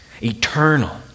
eternal